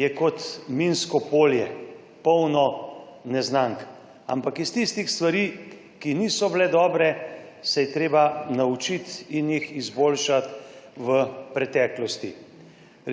(nadaljevanje) polno neznank. Ampak iz tistih stvari, ki niso bile dobre, se je treba naučiti in jih izboljšati v preteklosti.